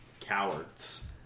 Cowards